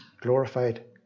glorified